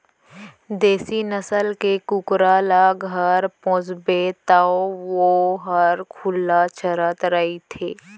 देसी नसल के कुकरा ल घर पोसबे तौ वोहर खुल्ला चरत रइथे